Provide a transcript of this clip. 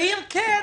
ואם כן,